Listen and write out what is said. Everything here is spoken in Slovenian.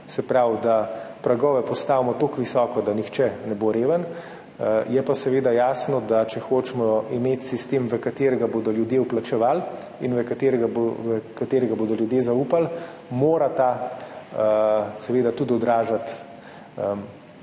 se pravi, da pragove postavimo tako visoko, da nihče ne bo reven. Je pa seveda jasno, da če hočemo imeti sistem, v katerega bodo ljudje vplačevali in v katerega bodo ljudje zaupali, mora ta seveda tudi odražati